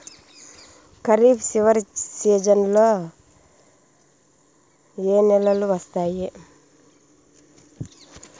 ఖరీఫ్ చివరి సీజన్లలో ఏ నెలలు వస్తాయి?